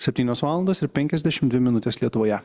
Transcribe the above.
septynios valandos ir penkiasdešim dvi minutės lietuvoje